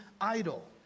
idol